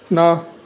ਨਾ